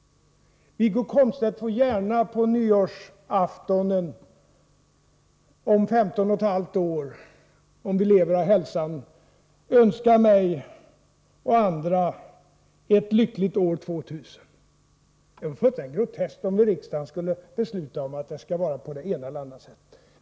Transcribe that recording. Wiggo Komstedt får gärna på nyårsafton om femton och ett halvt år, om vi lever och har hälsan, önska mig och andra ett lyckligt år tvåtusen. Det är fullständigt groteskt att riksdagen skulle besluta om att det skall vara på det ena eller andra sättet.